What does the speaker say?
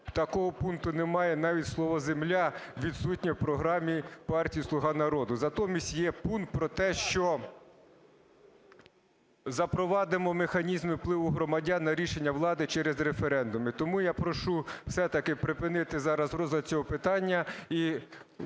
такого пункту немає, навіть слова "земля" відсутнє в програмі партії "Слуга народу". Натомість є пункт про те, що запровадимо механізми впливу громадян на рішення влади через референдуми. Тому я прошу все-таки припинити зараз розгляд цього питання